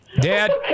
Dad